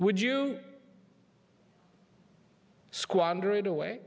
would you squander it away